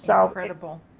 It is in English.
Incredible